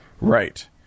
Right